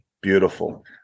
Beautiful